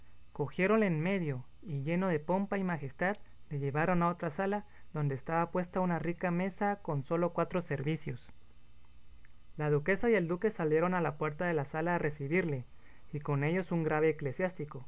cogiéronle en medio y lleno de pompa y majestad le llevaron a otra sala donde estaba puesta una rica mesa con solos cuatro servicios la duquesa y el duque salieron a la puerta de la sala a recebirle y con ellos un grave